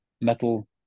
metal